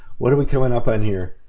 what are we coming up on here?